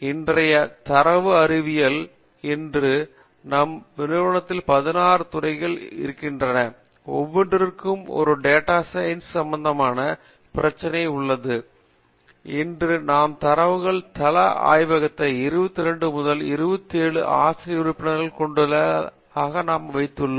இன்றைய தரவு அறிவியல் இன்று நம் நிறுவனத்தில் 16 துறைகள் இருந்தால் ஒவ்வொன்றிற்கும் ஒரு டேட்டா சயின்ஸ் சம்பந்தமான பிரச்சனை உள்ளது இன்று நாம் தரவுத் தள ஆய்வகத்தை 22 அல்லது 27 ஆசிரிய உறுப்பினர்களாக கொண்டுள்ளோம் என்பதை நாங்கள் நிரூபித்துள்ளோம்